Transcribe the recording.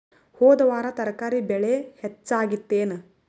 ಹೊದ ವಾರ ತರಕಾರಿ ಬೆಲೆ ಹೆಚ್ಚಾಗಿತ್ತೇನ?